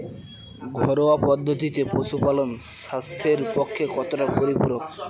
ঘরোয়া পদ্ধতিতে পশুপালন স্বাস্থ্যের পক্ষে কতটা পরিপূরক?